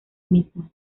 misma